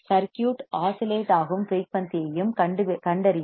circuit oscillate ஆகும் frequency ஐயும் கண்டறியவும்